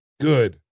Good